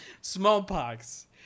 Smallpox